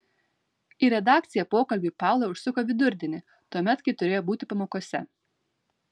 į redakciją pokalbiui paula užsuko vidurdienį tuomet kai turėjo būti pamokose